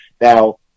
Now